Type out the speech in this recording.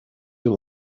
you